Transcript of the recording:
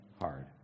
hard